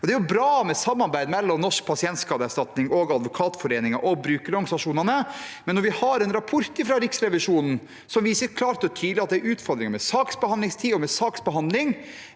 Det er bra med samarbeid mellom Norsk pasientskadeerstatning, Advokatforeningen og brukerorganisasjonene, men når vi har en rapport fra Riksrevisjonen som klart og tydelig viser at det er utfordringer med saksbehandlingstid og saksbehandling,